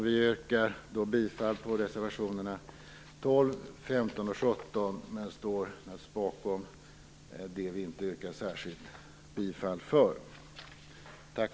Vi yrkar bifall till reservationerna 12, 15 och 17, men står naturligtvis bakom även dem vi inte särskilt yrkar bifall till.